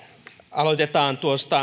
aloitetaan tuosta